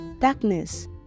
Darkness